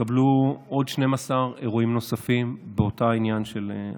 התקבלו עוד 12 אירועים נוספים באותו עניין של המנוחה.